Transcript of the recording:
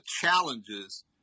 challenges